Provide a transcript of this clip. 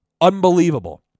unbelievable